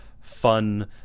fun